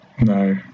No